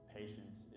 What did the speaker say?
patience